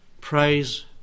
Praise